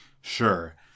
Sure